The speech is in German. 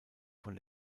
von